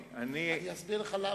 אני אסביר לך למה.